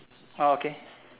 orh okay